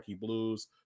blues